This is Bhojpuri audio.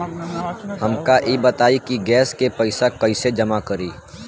हमका ई बताई कि गैस के पइसा कईसे जमा करी?